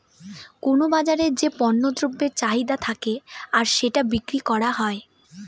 কোনো বাজারে যে পণ্য দ্রব্যের চাহিদা থাকে আর সেটা বিক্রি করা হয়